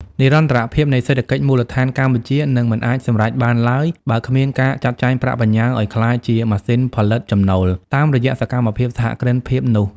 និរន្តរភាពនៃសេដ្ឋកិច្ចមូលដ្ឋានកម្ពុជានឹងមិនអាចសម្រេចបានឡើយ បើគ្មានការចាត់ចែងប្រាក់បញ្ញើឱ្យក្លាយជា "ម៉ាស៊ីនផលិតចំណូល" តាមរយៈសកម្មភាពសហគ្រិនភាពនោះ។